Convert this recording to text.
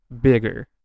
bigger